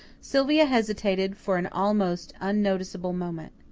sylvia hesitated for an almost unnoticeable moment.